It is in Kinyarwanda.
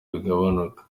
bigabanuka